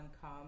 come